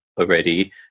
already